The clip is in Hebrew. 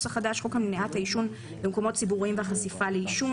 התשמ"א 1981 ; (10)חוק למניעת העישון במקומות ציבוריים והחשיפה לעישון,